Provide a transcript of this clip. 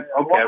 Okay